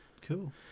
Cool